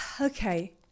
okay